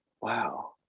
Wow